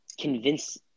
convince